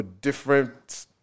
different